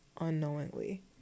unknowingly